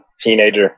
teenager